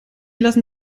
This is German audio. lassen